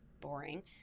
boring